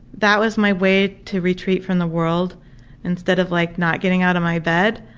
that was my way to retreat from the world instead of like not getting out of my bed,